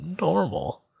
Normal